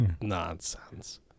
nonsense